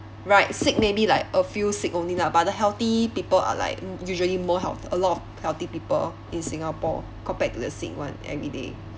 right sick maybe like a few sick only lah but the healthy people are like usually more health a lot of healthy people in singapore compared to the sick one every day